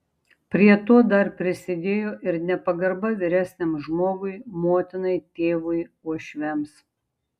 prie to dar prisidėjo ir nepagarba vyresniam žmogui motinai tėvui uošviams